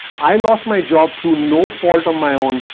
i lost my job through no fault of my own,